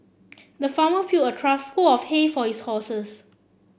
the farmer filled a trough full of hay for his horses